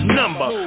number